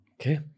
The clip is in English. Okay